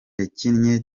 yakinnye